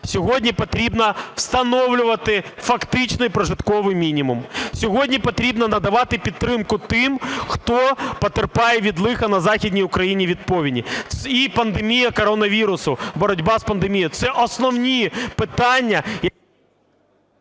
сьогодні потрібно встановлювати фактичний прожитковий мінімум, сьогодні потрібно надавати підтримку тим, хто потерпає від лиха на західній Україні від повені і пандемія коронавірусу, боротьба з пандемією – це основні питання…